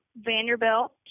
Vanderbilt